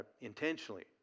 intentionally